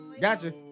Gotcha